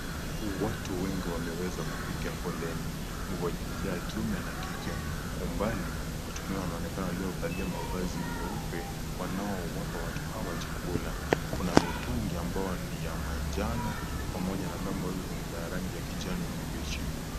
Watu wengi wameweza kupiga foleni. Ni wa jinsia ya kiume na kike. Kwa umbali, watu wengine wanaonekana waliovalia mavazi meupe ,wanaowapa watu hawa chakula. Kuna mitungi ambayo ni ya manjano pamoja na ndoo ambazo ni za rangi ya kijani kibichi.